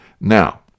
Now